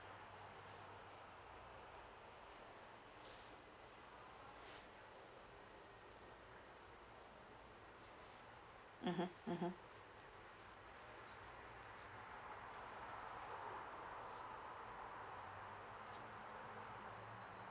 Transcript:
mmhmm mmhmm